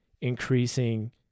increasing